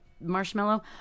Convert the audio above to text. marshmallow